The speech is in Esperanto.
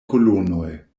kolonoj